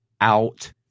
out